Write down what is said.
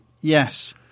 Yes